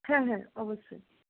হ্যাঁ হ্যাঁ অবশ্যই